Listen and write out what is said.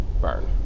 Burn